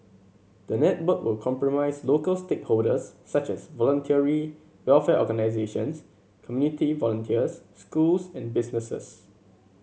the network will comprise local stakeholders such as Voluntary Welfare Organisations community volunteers schools and businesses